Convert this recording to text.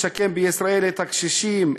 לשקם בישראל את הקשישים,